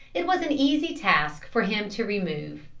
it was an easy task for him to remove.